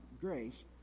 grace